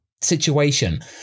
situation